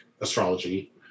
astrology